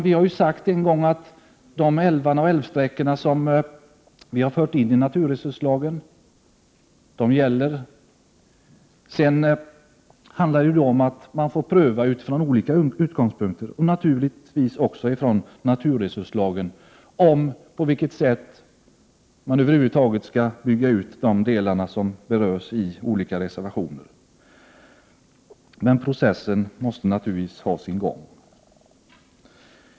Vi har ju sagt en gång, i fråga om de älvar och älvsträckor som vi har skrivit in i naturresurslagen, att detta gäller. Sedan får man pröva från olika utgångspunkter, och naturligtvis också enligt naturresurslagen, på vilket sätt man skall bygga ut de delar som berörs i olika reservationer. Den processen måste ha sin gång.